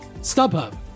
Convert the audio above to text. StubHub